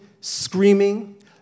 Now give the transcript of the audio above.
screaming